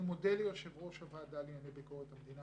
אני מודה ליושב ראש הוועדה לענייני ביקורת המדינה